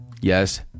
Yes